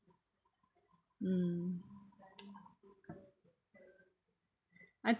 mm I